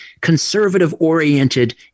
conservative-oriented